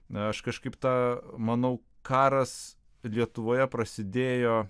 aš kažkaip tą manau karas lietuvoje prasidėjo